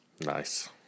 Nice